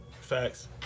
Facts